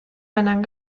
männern